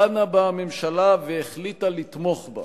דנה בה הממשלה והחליטה לתמוך בה,